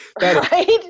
Right